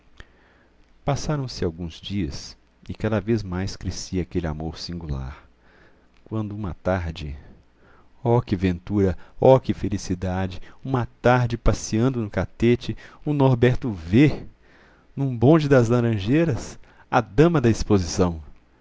passaram-se alguns dias e cada vez mais crescia aquele amor singular quando uma tarde oh que ventura oh que felicidade uma tarde passeando no catete o norberto vê num bonde das laranjeiras a dama da exposição